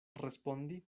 respondi